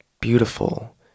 beautiful